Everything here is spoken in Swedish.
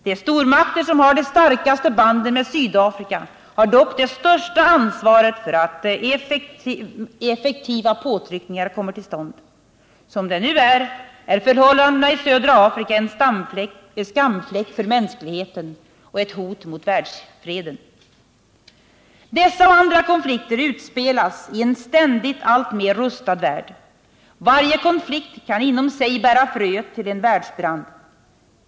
De stormakter som har de starkaste banden med Sydafrika har dock det största ansvaret för att effektiva påtryckningar kommer till stånd. Som det nu är, är förhållandena i södra Afrika en skamfläck för mänskligheten och ett hot mot världsfreden. Dessa och andra konflikter utspelas i en alltmer rustad värld. Varje konflikt kan inom sig bära fröet till en världsbrand.